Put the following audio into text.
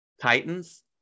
Titans